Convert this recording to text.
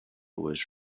was